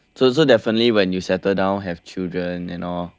so so definitely when you settle down have children and all well